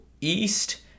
east